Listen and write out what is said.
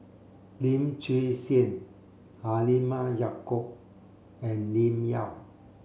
Lim Chwee Chian Halimah Yacob and Lim Yau